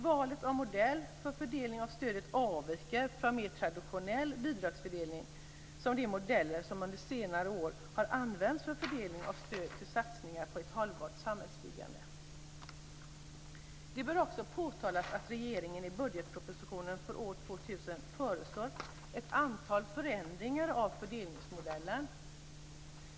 Valet av modell för fördelning av stödet avviker från mer traditionell bidragsfördelning som de modeller som under senare år har använts för fördelning av stöd till satsningar på ett hållbart samhällsbyggande. Det bör också påtalas att regeringen i budgetpropositionen för år 2000 föreslår ett antal förändringar av fördelningsmodellen.